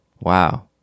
wow